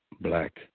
black